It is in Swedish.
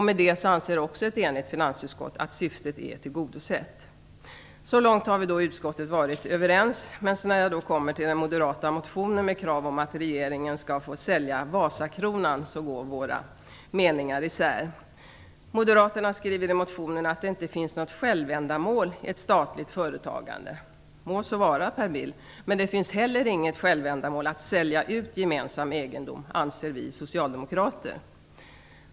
Med det anser ett enigt finansutskott att syftet är tillgodosett. Så långt har vi varit överens i utskottet. Men när jag så kommer till den moderata motionen med krav om att regeringen skall få sälja Vasakronan går våra meningar isär. Moderaterna skriver i motionen att det inte finns något självändamål i ett statligt företagande. Må så vara, Per Bill. Men det finns heller inget självändamål i att sälja ut gemensam egendom, anser vi socialdemokrater.